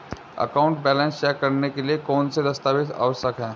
Account balance check करने के लिए कौनसे दस्तावेज़ आवश्यक हैं?